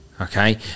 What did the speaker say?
Okay